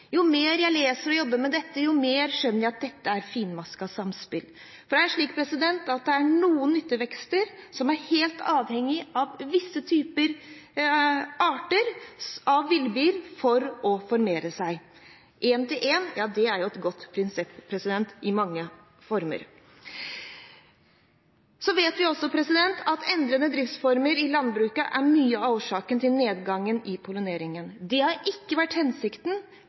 Jo mer jeg leser og jobber med dette, jo mer skjønner jeg at dette er et finmasket samspill, for det er noen nyttevekster som er helt avhengig av visse arter villbier for å formere seg. Én til én er jo et godt prinsipp i mange former. Vi vet også at endrede driftsformer i landbruket er mye av årsaken til nedgangen i pollineringen. Det har ikke vært hensikten,